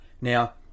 Now